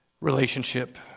relationship